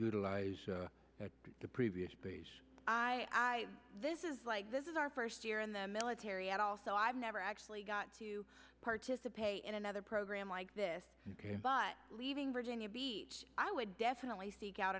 utilize the previous i this is like this is our first year in the military and also i've never actually got to participate in another program like this but leaving virginia beach i would definitely seek out